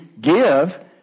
give